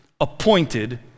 appointed